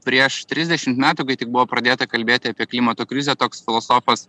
prieš trisdešimt metų kai tik buvo pradėta kalbėti apie klimato krizę toks filosofas